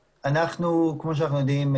כמו שאנחנו יודעים,